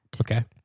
Okay